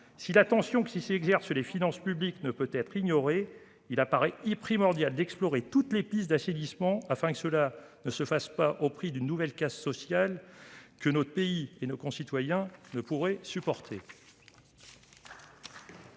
si la tension qui s'exerce sur les finances publiques ne peut pas être ignorée, il apparaît primordial d'explorer toutes les pistes d'assainissement, afin que celui-ci ne s'effectue pas au prix d'une nouvelle casse sociale que notre pays et nos concitoyens ne pourraient pas supporter.